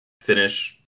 finish